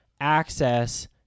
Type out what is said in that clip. access